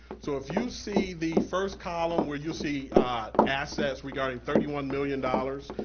so if you see the first column, where you'll see assets regarding thirty one million dollars,